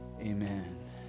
Amen